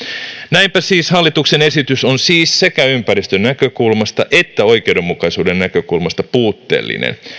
näinpä siis hallituksen esitys on sekä ympäristön näkökulmasta että oikeudenmukaisuuden näkökulmasta puutteellinen